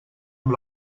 amb